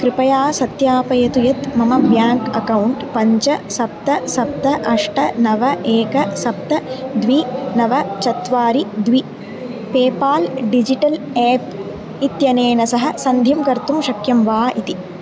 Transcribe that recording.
कृपया सत्यापयतु यत् मम ब्याङ्क् अकौण्ट् पञ्च सप्त सप्त अष्ट नव एकं सप्त द्वे नव चत्वारि द्वे पेपाल् डिजिटल् एप् इत्यनेन सह सन्धिं कर्तुं शक्यं वा इति